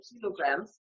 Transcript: kilograms